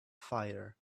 fighter